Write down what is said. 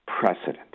precedent